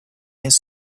his